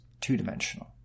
two-dimensional